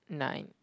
nine